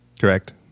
Correct